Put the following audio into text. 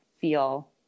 feel